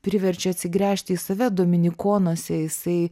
priverčia atsigręžti į save dominikonuose jisai